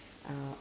uh